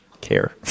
care